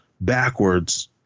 backwards